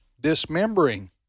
dismembering